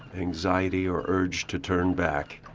anxiety, or urge to turn back.